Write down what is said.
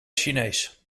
chinees